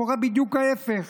קורה בדיוק ההפך.